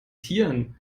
tieren